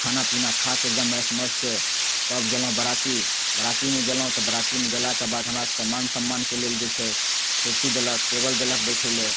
खाना पीना खाके एकदम एश मौजसँ तब गेलहुँ बराती बरातीमे गेलहुँ तऽ बरातीमे गेलाके बाद हमरा सभके मान सम्मानके लेल जे छै कुर्सी देलक टेबल देलक बैठै लए